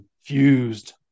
fused